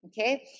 Okay